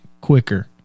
quicker